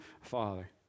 Father